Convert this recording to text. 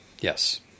Yes